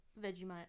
Vegemite